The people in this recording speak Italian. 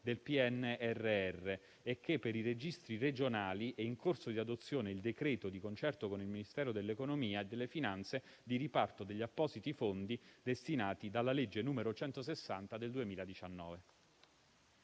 del PNRR e che per i registri regionali è in corso di adozione il decreto, di concerto con il Ministero dell'economia e delle finanze, di riparto degli appositi fondi destinati dalla legge n. 160 del 2019.